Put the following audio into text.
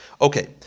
Okay